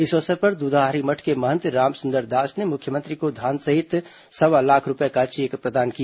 इस अवसर पर दूधाधारी मठ के महंत रामसुंदर दास ने मुख्यमंत्री को धान सहित सवा लाख रूपये का चेक प्रदान किया